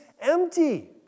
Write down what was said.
empty